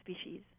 species